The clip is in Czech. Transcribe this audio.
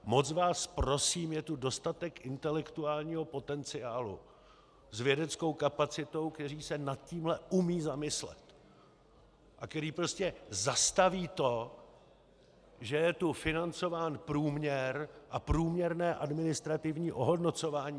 Moc vás prosím, je tu dostatek intelektuálního potenciálu s vědeckou kapacitou, kteří se nad tímhle umí zamyslet a kteří prostě zastaví to, že je tu financován průměr a průměrné administrativní ohodnocování.